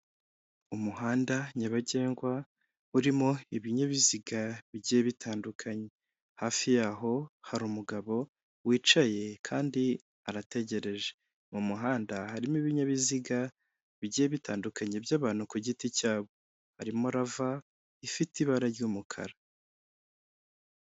Umuhanda nyabagendwa urimo ibinyabiziga bigiye bitandukanye, hafi yaho hari umugabo wicaye kandi arategereje, mu muhanda harimo ibinyabiziga bigiye bitandukanye by'abantu ku giti cyabo, harimo rava ifite ibara ry'umukara.